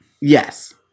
Yes